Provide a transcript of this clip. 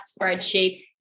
spreadsheet